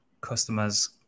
customers